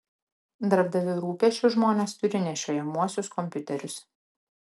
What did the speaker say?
darbdavių rūpesčiu žmonės turi nešiojamuosius kompiuterius